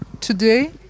today